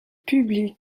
publie